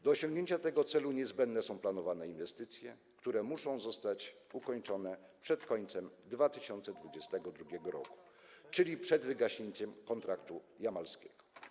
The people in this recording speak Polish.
Do osiągnięcia tego celu niezbędne są planowane inwestycje, które muszą zostać ukończone przez końcem 2022 r., czyli przed wygaśnięciem kontraktu jamalskiego.